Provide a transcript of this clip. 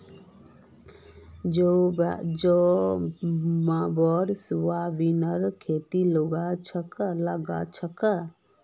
jumbo सोयाबीनेर खेती लगाल छोक